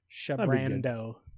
shabrando